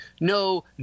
no